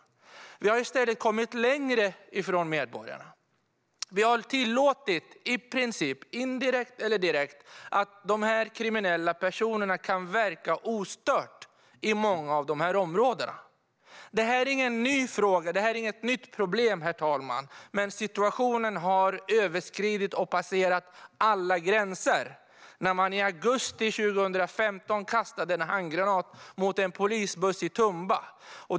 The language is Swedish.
Men vi har i stället kommit längre från medborgarna. Vi har indirekt eller direkt tillåtit kriminella personer att verka ostört i många av dessa områden. Det här är inget nytt problem, men situationen har överskridit alla gränser. I augusti 2015 kastade man en handgranat mot en polisbuss i Tumba.